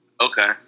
Okay